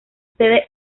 sede